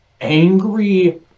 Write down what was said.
angry